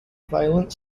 violent